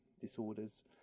disorders